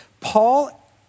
Paul